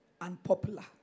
unpopular